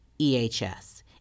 EHS